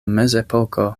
mezepoko